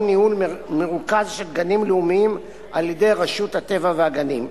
ניהול מרוכז של גנים לאומיים על-ידי רשות הטבע והגנים.